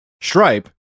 Stripe